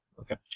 Okay